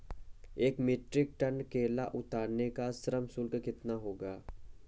एक metric ton केला उतारने का श्रम शुल्क कितना होगा?